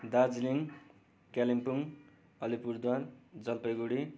Darjeeling Kalimpong Alipurduar Jalpaiguri